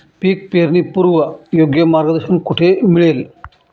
पीक पेरणीपूर्व योग्य मार्गदर्शन कुठे मिळेल?